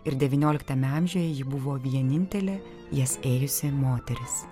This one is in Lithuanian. ir devynioliktame amžiuje ji buvo vienintelė jas ėjusi moteris